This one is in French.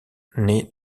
naît